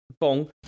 Bong